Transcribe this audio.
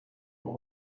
your